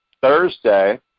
Thursday